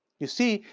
you see,